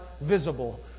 visible